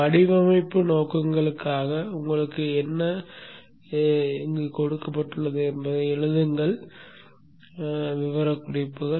வடிவமைப்பு நோக்கங்களுக்காக உங்களுக்கு என்ன கொடுக்கப்பட்டுள்ளது என்பதை எழுதுங்கள் விவரக்குறிப்புகள்